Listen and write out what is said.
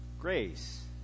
grace